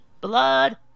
Blood